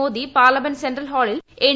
Modi parliament central ഹാളിൽ N